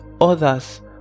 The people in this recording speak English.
others